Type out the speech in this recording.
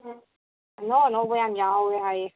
ꯑꯅꯧ ꯑꯅꯧꯕ ꯌꯥꯝ ꯌꯥꯎꯋꯦ ꯍꯥꯏꯌꯦ